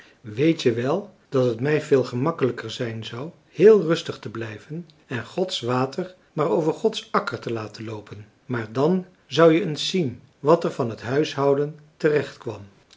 weet je wel dat het mij veel gemakkelijker zijn zou heel rustig te blijven en gods water maar over gods akker te laten loopen maar dan zou je eens zien wat er van het huishouden